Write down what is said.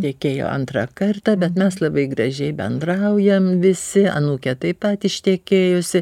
tekėjo antrą kartą bet mes labai gražiai bendraujam visi anūkė taip pat ištekėjusi